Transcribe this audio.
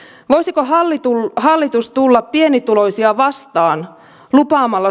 voisiko hallitus tulla pienituloisia vastaan lupaamalla